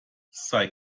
sei